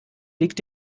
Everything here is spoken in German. liegt